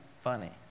funny